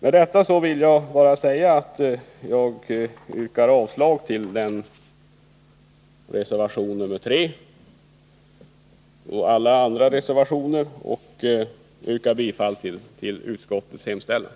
Med detta yrkar jag avslag på reservation nr 3 och alla andra reservationer och yrkar bifall till utskottets hemställan.